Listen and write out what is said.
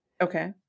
Okay